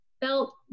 felt